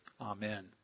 Amen